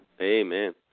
Amen